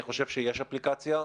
אני חושב שיש אפליקציה,